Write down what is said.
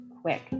quick